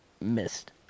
missed